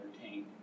entertained